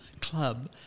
club